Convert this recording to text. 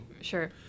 Sure